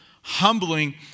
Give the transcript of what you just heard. humbling